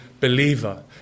believer